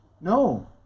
No